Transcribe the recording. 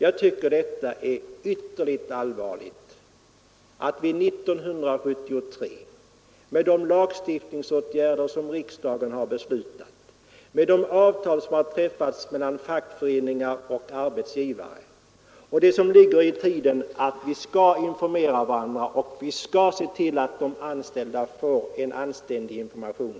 Jag tycker att detta är ytterligt allvarligt år 1973 med tanke på de lagstiftningsåtgärder som riksdagen har beslutat om, 'de avtal som har träffats mellan fackföreningar och arbetsgivare och med tanke på det som ligger i tiden att se till att de anställda får en anständig information.